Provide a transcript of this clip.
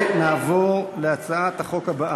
ונעבור לנושא הבא: